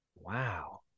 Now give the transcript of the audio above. wow